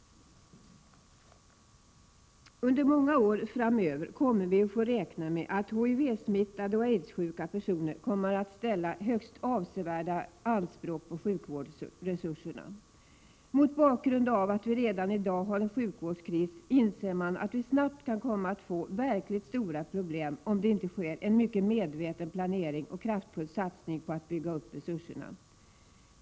Under många år framöver kommer vi att få räkna med att HIV-smittade och aidssjuka personer kommer att ställa högst avsevärda anspråk på sjukvårdsresurserna. Mot bakgrund av att vi redan i dag har en sjukvårdskris inser man att vi snabbt kan komma att få verkligt stora problem, om det inte sker en mycket medveten planering och en kraftfull satsning på att bygga upp resurserna.